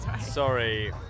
Sorry